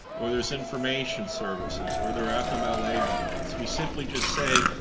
or there's information services, or there are fmla benefits. we simply just say,